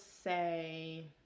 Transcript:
say